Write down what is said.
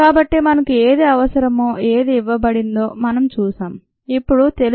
కాబట్టి మనకు ఏది అవసరమో ఏది ఇవ్వబడిందో ఏది ఇవ్వబడిందో మనం చూశాం